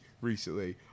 recently